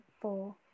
four